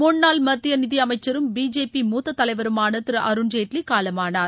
முன்னாள் மத்திய நிதியமைச்சரும் பிஜேபி மூத்த தலைவருமான திரு அருண்ஜேட்லி காலமானார்